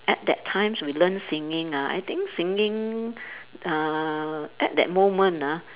at that times we learn singing ah I think singing uh at that moment ah